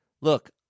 Look